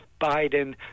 biden